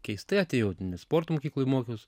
keistai atėjau nes sporto mokykloj mokiaus